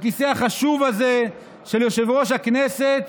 הכיסא החשוב הזה של יושב-ראש הכנסת,